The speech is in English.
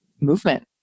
movement